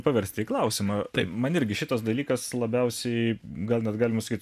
paversti į klausimą taip man irgi šitas dalykas labiausiai gal net galima sakyt su